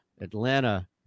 Atlanta